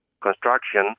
construction